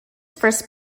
first